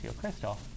crystal